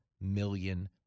million